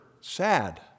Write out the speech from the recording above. sad